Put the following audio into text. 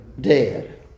dead